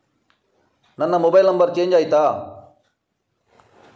ನನ್ನ mobile number change ಆಯ್ತಾ?